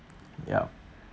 yup